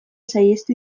saihestu